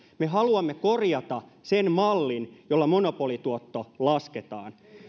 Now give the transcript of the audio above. me haluamme korjata sen mallin jolla monopolituotto lasketaan